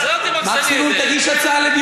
למה לא להביא את זה כאן,